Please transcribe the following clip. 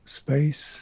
space